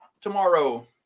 Tomorrow